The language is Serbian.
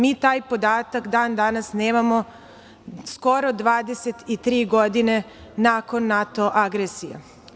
Mi taj podatak i dan danas nemamo, skoro 23 godine nakon NATO agresije.